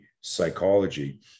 psychology